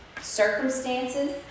Circumstances